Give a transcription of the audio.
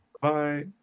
Bye